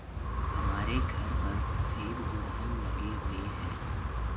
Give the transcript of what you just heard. हमारे घर पर सफेद गुड़हल लगे हुए हैं